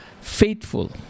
faithful